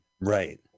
Right